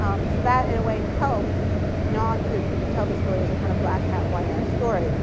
um so that in a way helped not to tell the story as a kind of black hat, white hat story.